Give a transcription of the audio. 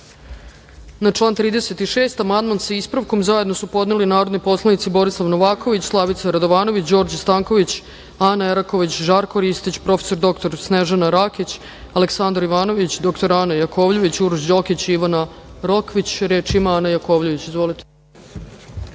član 36. amandman, sa ispravkom, zajedno su podneli narodni poslanici Borislav Novaković, Slavica Radovanović, Đorđe Stanković, Ana Eraković, Žarko Ristić, prof. dr Snežana Rakić, Aleksandar Jovanović, dr Ana Jakovljević, Uroš Đokić i Ivana Rokvić. Da li neko želi reč? (Da.)Reč ima Ana Jakovljević. Izvolite.